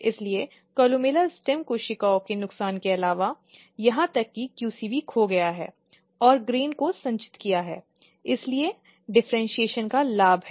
इसलिए columella stem कोशिकाओं के नुकसान के अलावा यहां तक कि QC भी खो गया है और ग्रेन को संचित किया है इसलिए विभेदीकरण का लाभ है